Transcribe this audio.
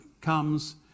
comes